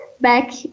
back